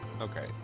Okay